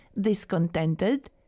discontented